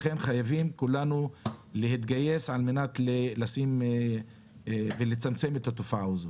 לכן אנחנו כולנו חייבים להתגייס על מנת לצמצם את התופעה הזאת.